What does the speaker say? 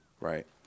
right